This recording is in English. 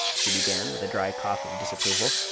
she began, with a dry cough of disapproval,